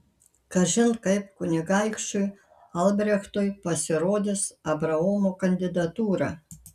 kažin kaip kunigaikščiui albrechtui pasirodys abraomo kandidatūra